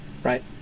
Right